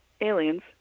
aliens